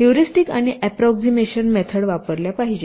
heuristics आणि approximation method वापरल्या पाहिजेत